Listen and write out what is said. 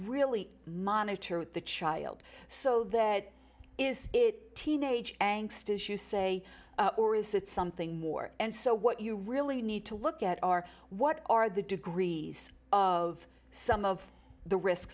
really monitor at the child so that is it teenage angst as you say or is it something more and so what you really need to look at are what are the degrees of some of the risk